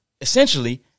essentially